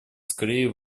скорее